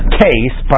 case